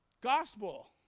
gospel